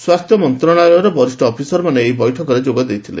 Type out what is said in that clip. ସ୍ୱାସ୍ଥ୍ୟ ମନ୍ତଣାଳୟର ବରିଷ୍ଡ ଅଫିସରମାନେ ବୈଠକରେ ଯୋଗ ଦେଇଥିଲେ